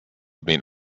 been